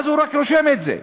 ואז הוא רק רושם את זה.